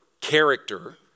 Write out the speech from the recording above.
character